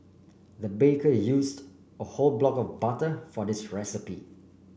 the baker used a whole block of butter for this recipe